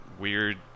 weird